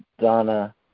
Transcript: Donna